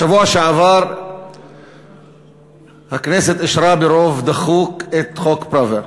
בשבוע שעבר הכנסת אישרה ברוב דחוק את חוק פראוור.